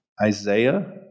Isaiah